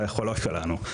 ליכולות שלנו.